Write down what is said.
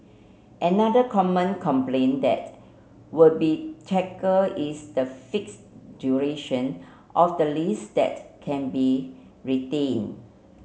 another common complaint that would be tackle is the fixed duration of the lease that can be retained